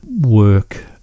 work